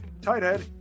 Tighthead